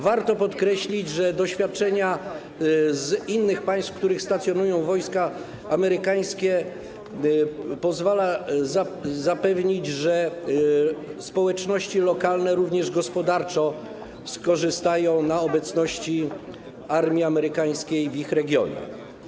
Warto podkreślić, że doświadczenia innych państw, w których stacjonują wojska amerykańskie, pozwalają zapewnić, że społeczności lokalne również gospodarczo skorzystają na obecności armii amerykańskiej w ich regionie.